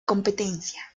competencia